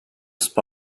spy